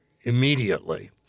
immediately